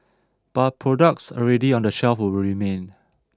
but products already on the shelves will remain